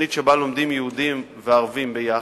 לתוכנית שבה לומדים יהודים וערבים ביחד,